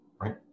right